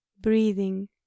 breathing